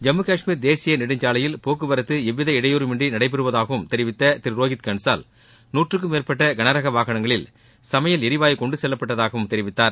ஜம்மு காஷ்மீர் தேசிய நெடுஞ்சாலையில் போக்குவரத்து எவ்வித இடையூறமின்றி நடைபெறுவதாகவும் தெரிவித்த திரு ரோஹித் கன்சால் நூற்றுக்கும் மேற்பட்ட கனரக வாகனங்களில் சமையல் எரிவாயு கொண்டு செல்லப்பட்டதாகவும் தெரிவித்தார்